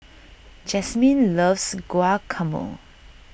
Jasmyne loves Guacamole